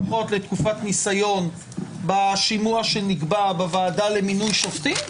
לפחות לתקופת ניסיון בשימוע שנקבע בוועדה למינוי שופטים ובעתיד,